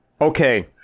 Okay